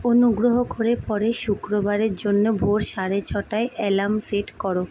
অনুগ্রহ করে পরের শুক্রবারের জন্য ভোর সাড়ে ছটায় অ্যালার্ম সেট করো